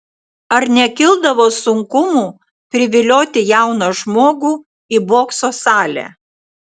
ar nekildavo sunkumų privilioti jauną žmogų į bokso salę